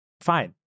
fine